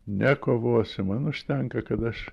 nekovosiu man užtenka kad aš